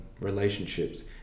relationships